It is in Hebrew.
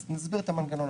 אז נסביר את המנגנון.